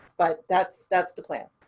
but that's, that's the plan.